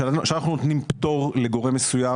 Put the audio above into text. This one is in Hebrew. כשאנחנו נותנים פטור לגורם מסוים,